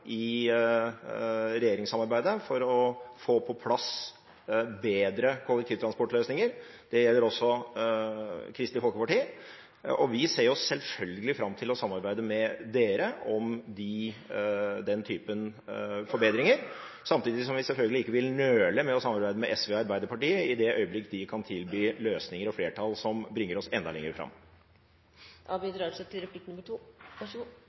i regjeringssamarbeidet for å få på plass bedre kollektivtransportløsninger. Det gjelder også Kristelig Folkeparti. Vi ser selvfølgelig fram til å samarbeide med de to partiene om den typen forbedringer, samtidig som vi selvfølgelig ikke vil nøle med å samarbeide med SV og Arbeiderpartiet i det øyeblikk de kan tilby løsninger og flertall som bringer oss enda lenger fram. Jeg er av den oppfatning at Venstre på nåværende tidspunkt har fått til